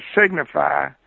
signify